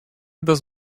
does